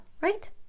right